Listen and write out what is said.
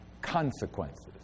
consequences